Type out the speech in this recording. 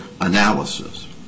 analysis